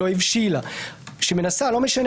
שמנסה לתת